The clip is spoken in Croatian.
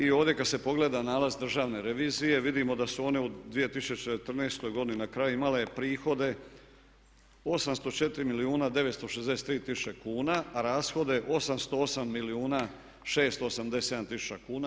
I ovdje kada se pogleda nalaz državne revizije vidimo da su one u 2014. godini na kraju imale prihode 804 milijuna 963 tisuće kuna a rashode 808 milijuna 687 tisuća kuna.